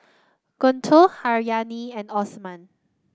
Guntur Haryati and Osman